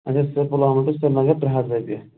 اَچھا سُہ پلواما ٹوٗ سریٖنگر ترٛےٚ ہَتھ رۄپیہِ